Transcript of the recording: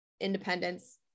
independence